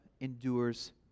endures